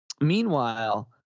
Meanwhile